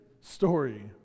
story